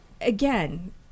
again